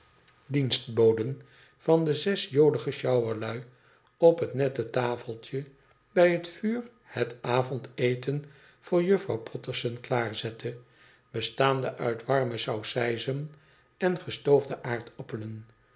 dienstboden van de zes jolige sjouwerlui op het nette tafeltje bij het uur het avondeten voor juffrouw potterson klaarzette bestaande uit warme saucijzen en gestoofde aardappelen